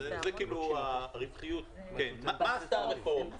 מה עשתה הרפורמה.